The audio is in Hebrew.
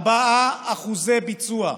4% ביצוע.